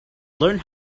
learned